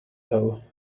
though